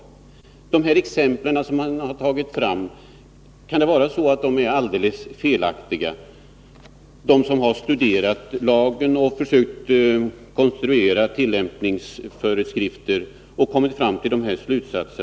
— Kan det vara så att de exempel som har tagits fram är alldeles felaktiga? Har de alldeles fel som har studerat lagen, försökt konstruera tillämpningsföreskrifter och kommit fram till dessa slutsatser?